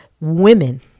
women